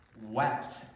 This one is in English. wept